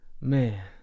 Man